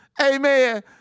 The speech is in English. Amen